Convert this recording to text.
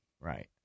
Right